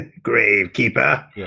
gravekeeper